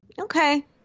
Okay